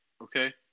okay